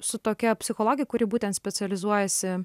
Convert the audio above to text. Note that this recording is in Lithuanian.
su tokia psichologe kuri būtent specializuojasi